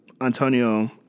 Antonio